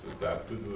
adapted